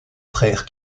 frères